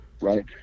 right